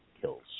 Kills